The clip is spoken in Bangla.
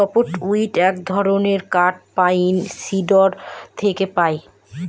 সফ্ট উড এক ধরনের কাঠ পাইন, সিডর থেকে পাই